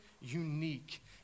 unique